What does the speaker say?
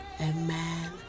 amen